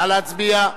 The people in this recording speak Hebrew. נא להצביע.